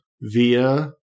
via